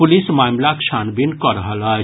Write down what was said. police मामिलाक छानबीन कऽ रहल अछि